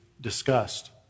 discussed